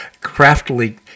craftily